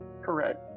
Correct